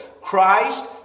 Christ